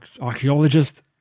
archaeologist